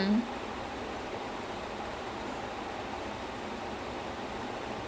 payasam ah like after seven courses of heavy food payasam